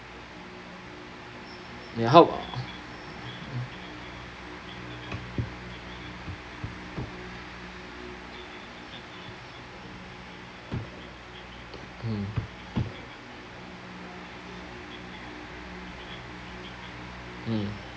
ya how hmm mm